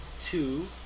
two